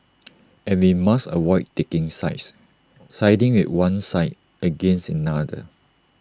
and we must avoid taking sides siding with one side against another